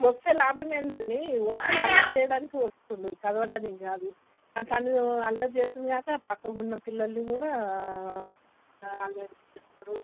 వస్తే లాభం ఏంటండి వచ్చి అల్లరి చేయడానికి వస్తుండు చదవడానికి కాదు అతను అల్లరి చేసింది కాక పక్కన ఉన్న పిల్లల్ని కూడా అల్లరి చేస్తాడు